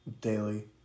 Daily